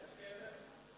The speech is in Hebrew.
יש כאלה?